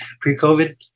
pre-COVID